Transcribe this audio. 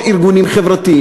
או ארגונים חברתיים,